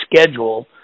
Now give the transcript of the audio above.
schedule